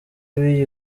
w’iyi